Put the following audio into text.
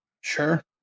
Sure